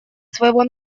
своего